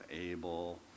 Abel